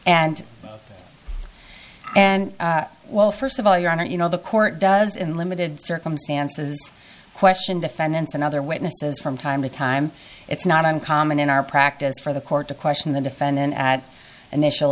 and and well first of all your honor you know the court does in limited circumstances question defendants and other witnesses from time to time it's not uncommon in our practice for the court to question the defendant at initial